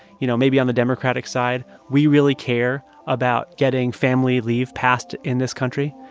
you know, maybe on the democratic side, we really care about getting family leave passed in this country.